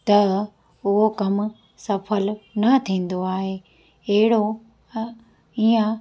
त उहो कमु सफल न थींदो आहे अहिड़ो ईअं